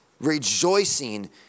rejoicing